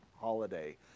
holiday